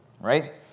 right